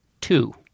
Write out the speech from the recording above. two